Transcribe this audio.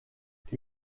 die